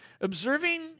observing